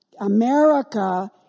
America